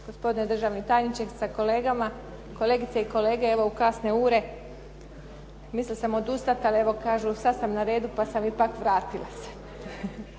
Gospodine državni tajniče sa kolegama, kolegice i kolege. Evo u kasne ure, mislila sam odustati, ali evo kažu sada sam na redu, pa sam ipak vratila se.